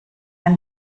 ein